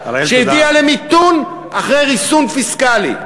שהביאה למיתון אחרי ריסון פיסקלי.